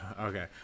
Okay